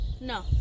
No